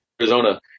Arizona